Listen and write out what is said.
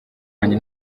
wanjye